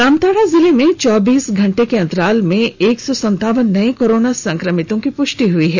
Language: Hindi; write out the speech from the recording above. जामताड़ा जिले में चौबीस घंटे के अंतराल में एक सौ संतावन नए कोरोना संक्रमितों की पुष्टि हुई है